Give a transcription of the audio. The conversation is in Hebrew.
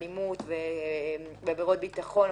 אלימות ועבירות ביטחון,